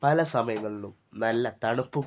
പല സമയങ്ങളിലും നല്ല തണുപ്പും